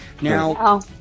Now